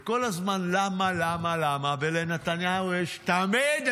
וכל הזמן למה, למה, למה, ולנתניהו יש תמיד הסברים.